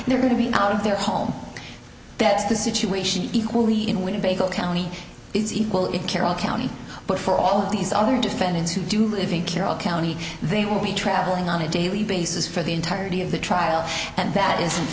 and they're going to be out of their home that's the situation equally in winnebago county is equal it carroll county but for all of these other defendants who do live in carroll county they will be traveling on a daily basis for the entirety of the trial and that is